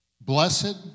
Blessed